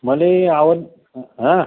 मला आवड हा